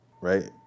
right